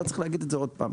לא צריך להגיד את זה עוד פעם.